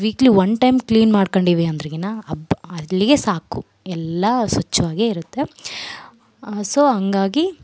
weekly one time clean ಮಾಡ್ಕೊಂಡೀವಿ ಅಂದ್ರಗಿನ ಅಬ್ಭಾ ಅಲ್ಲಿಗೆ ಸಾಕು ಎಲ್ಲ ಸ್ವಚ್ವಾಗೆ ಇರುತ್ತೆ ಸೋ ಹಂಗಾಗಿ